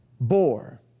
bore